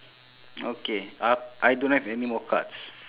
okay uh I don't have any more cards